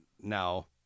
now